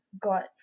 got